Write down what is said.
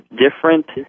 Different